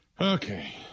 Okay